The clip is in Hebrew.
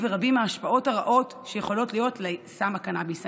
רבות ההשפעות הרעות שיכולות להיות לסם הקנביס.